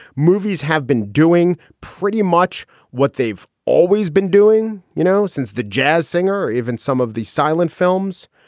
movies have been doing pretty much what they've always been doing. you know, since the jazz singer, even some of the silent films.